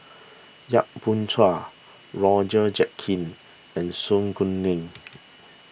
Yap Boon Chuan Roger Jenkins and Su Guaning